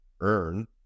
earn